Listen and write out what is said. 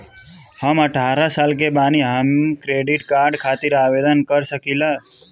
हम अठारह साल के बानी हम क्रेडिट कार्ड खातिर आवेदन कर सकीला?